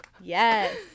Yes